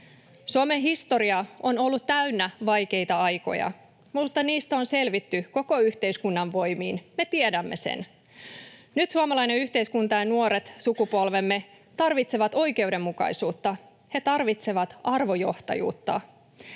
Suomen historia on ollut täynnä vaikeita aikoja, mutta niistä on selvitty koko yhteiskunnan voimin. Me tiedämme sen. Nyt suomalainen yhteiskunta ja nuoret sukupolvemme tarvitsevat oikeudenmukaisuutta, he tarvitsevat arvojohtajuutta.